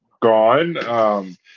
gone